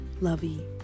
lovey